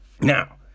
Now